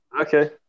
Okay